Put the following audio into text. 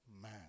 man